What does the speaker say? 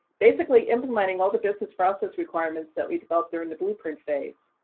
basically implementing all the business process requirements that we developed during the blueprint phase.